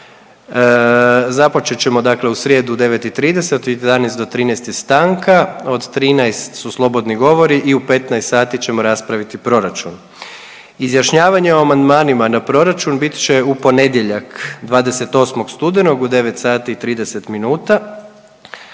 Započet ćemo, dakle u srijedu u 9,30, od 11 do 13 je stanka. Od 13 su slobodni govori i u 15 sati ćemo raspraviti proračun. Izjašnjavanje o amandmanima na proračun bit će u ponedjeljak 28. studenog u 9 sati